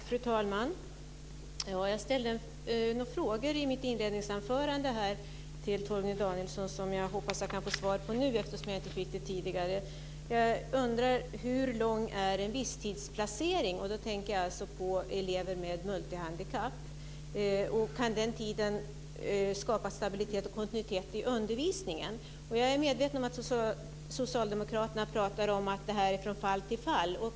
Fru talman! Jag ställde några frågor i mitt inledningsanförande till Torgny Danielsson som jag hoppas att jag kan få svar på nu eftersom jag inte fick det tidigare. Jag undrar hur lång tid en visstidsplacering avser? Jag tänker då på elever med multihandikapp. Kan den tiden skapa stabilitet och kontinuitet i undervisningen? Jag är medveten om att Socialdemokraterna pratar om att detta avgörs från fall till fall.